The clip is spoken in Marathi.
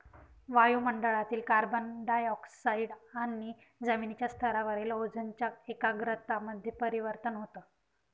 वायु मंडळातील कार्बन डाय ऑक्साईड आणि जमिनीच्या स्तरावरील ओझोनच्या एकाग्रता मध्ये परिवर्तन होतं